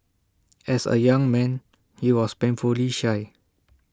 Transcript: as A young man he was painfully shy